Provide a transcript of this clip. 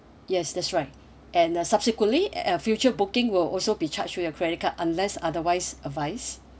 yes that's right and uh subsequently uh future booking will also be charged with your credit card unless otherwise advice